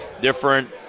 different